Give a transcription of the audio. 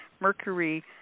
Mercury